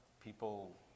People